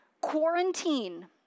quarantine